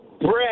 Brett